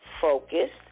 Focused